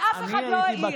ואף אחד לא העיר.